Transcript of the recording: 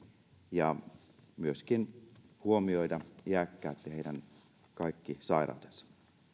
ja myöskin huomioida iäkkäät ja kaikki heidän sairautensa